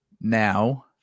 now